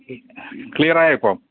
clear ആയോ ഇപ്പം